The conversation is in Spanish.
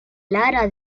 lara